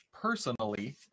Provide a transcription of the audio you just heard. personally